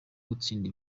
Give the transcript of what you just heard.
gutsinda